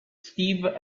steve